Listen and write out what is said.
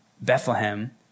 Bethlehem